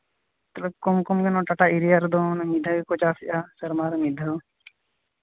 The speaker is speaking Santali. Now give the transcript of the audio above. ᱠᱚᱢ ᱠᱚᱢ ᱢᱮᱱᱟᱜᱼᱟ ᱴᱟᱴᱟ ᱮᱨᱤᱭᱟ ᱨᱮᱫᱚ ᱰᱷᱮᱨ ᱜᱮᱠᱚ ᱪᱟᱥᱮᱫᱼᱟ ᱥᱮᱨᱢᱟ ᱨᱮ ᱢᱤᱫ ᱫᱷᱟᱹᱣ